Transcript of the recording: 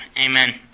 Amen